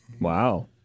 Wow